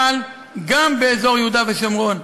החל גם באזור יהודה ושומרון,